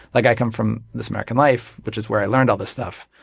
like i come from this american life, which is where i learned all this stuff.